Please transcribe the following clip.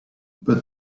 but